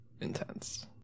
intense